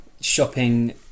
shopping